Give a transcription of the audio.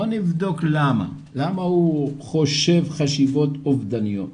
בוא נבדוק למה, למה הוא חושב חשיבות אובדניות,